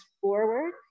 forward